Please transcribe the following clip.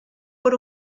por